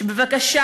בבקשה,